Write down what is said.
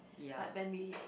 like when we